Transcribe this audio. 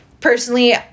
Personally